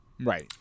Right